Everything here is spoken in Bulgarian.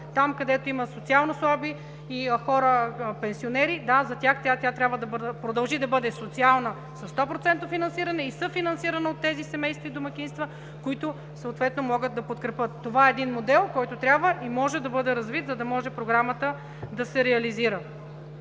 там, където има социално слаби и хора пенсионери – да, за тях тя трябва да продължи да бъде социална със 100% финансиране и съфинансиране от тези семейства и домакинства, които съответно могат да я подкрепят. Това е един модел, който трябва и може да бъде развит, за да може Програмата да се реализира.